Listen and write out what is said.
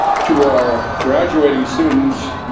to our graduating students,